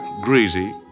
Greasy